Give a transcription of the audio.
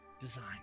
design